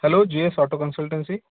hello G S auto consultancy